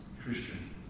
Christian